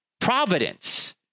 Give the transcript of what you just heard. providence